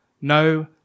No